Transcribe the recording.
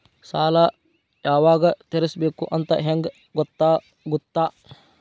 ಸಾಲ ಯಾವಾಗ ತೇರಿಸಬೇಕು ಅಂತ ಹೆಂಗ್ ಗೊತ್ತಾಗುತ್ತಾ?